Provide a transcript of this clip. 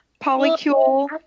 polycule